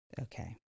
Okay